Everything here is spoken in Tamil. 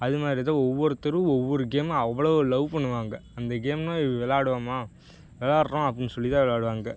அதுமாதிரி தான் ஒவ்வொருத்தரும் ஒவ்வொரு கேம்மை அவ்வளவு லவ் பண்ணுவாங்க அந்த கேம்மை விளாடுவோமா விளாட்றோம் அப்படின்னு சொல்லிதான் விளாடுவாங்க